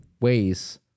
ways